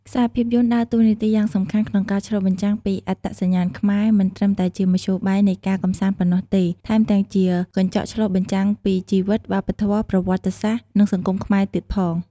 ខ្សែភាពយន្តដើរតួនាទីយ៉ាងសំខាន់ក្នុងការឆ្លុះបញ្ចាំងពីអត្តសញ្ញាណខ្មែរ មិនត្រឹមតែជាមធ្យោបាយនៃការកម្សាន្តប៉ុណ្ណោះទេ ថែមទាំងជាកញ្ចក់ឆ្លុះបញ្ចាំងពីជីវិត វប្បធម៌ ប្រវត្តិសាស្ត្រ និងសង្គមខ្មែរទៀតផង។